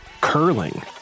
curling